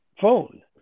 phone